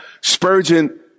Spurgeon